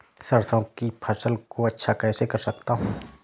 सरसो की फसल को अच्छा कैसे कर सकता हूँ?